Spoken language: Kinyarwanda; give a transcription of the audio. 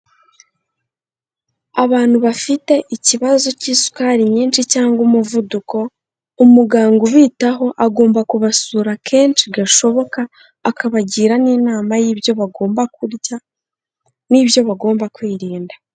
Abantu bafite ikibazo cy'isukari nyinshi cyangwa umuvuduko, umuganga ubitaho agomba kubasura kenshi gashoboka, akabagira n'inama y'ibyo bagomba kurya n'ibyo bagomba kwirinda.